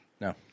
No